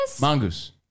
Mongoose